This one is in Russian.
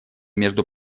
между